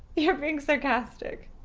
you're being sarcastic.